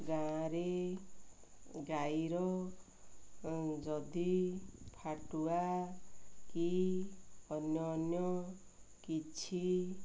ଗାଁରେ ଗାଈର ଯଦି ଫାଟୁଆ କି ଅନ୍ୟାନ୍ୟ କିଛି